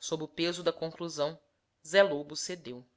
sob o peso da conclusão zé loto cedeu